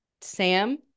Sam